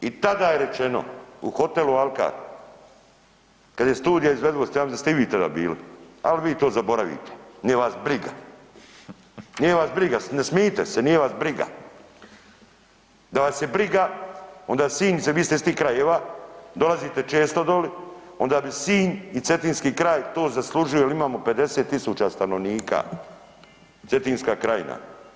I tada je rečeno u hotelu Alkar kad je studija izvedivosti, ja mislim da ste i vi tada bili, al vi to zaboravite, nije vas briga, nije vas briga, ne smijete se, nije vas briga, da vas je briga onda Sinj, vi ste iz tih krajeva, dolazite često doli, onda bi Sinj i Cetinski kraj to zaslužuju jel imamo 50.000 stanovnika, Cetinska krajina.